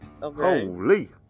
Holy